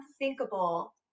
unthinkable